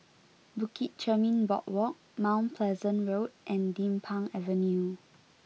Bukit Chermin Boardwalk Mount Pleasant Road and Din Pang Avenue